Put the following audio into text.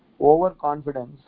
overconfidence